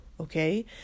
okay